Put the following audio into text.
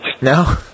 No